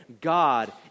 God